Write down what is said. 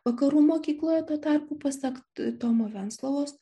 vakarų mokykloje tuo tarpu pasak tomo venclovos